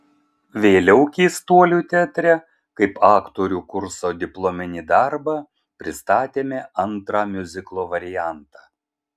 vėliau keistuolių teatre kaip aktorių kurso diplominį darbą pristatėme antrą miuziklo variantą